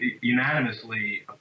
unanimously